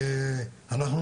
אנחנו